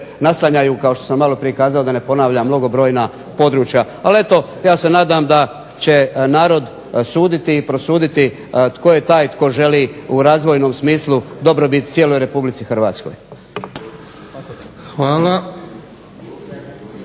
naslanjaju kao što sam maloprije kazao da ne ponavljam mnogobrojna područja. Ali eto ja se nadam da će narod suditi i prosuditi tko je taj tko želi u razvojnom smislu dobrobit cijeloj Republici Hrvatskoj.